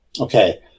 Okay